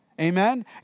Amen